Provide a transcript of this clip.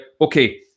okay